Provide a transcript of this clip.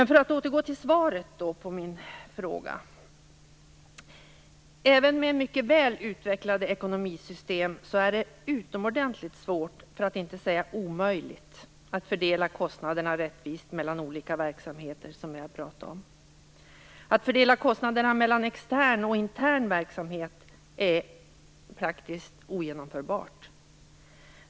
För att återgå till svaret på min fråga: Även med mycket väl utvecklade ekonomisystem är det utomordentligt svårt, för att inte säga omöjligt, att fördela kostnaderna rättvist mellan de olika verksamheterna. Att fördela kostnaderna mellan extern och intern verksamhet är praktiskt ogenomförbart.